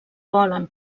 volen